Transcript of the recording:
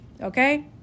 Okay